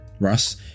Russ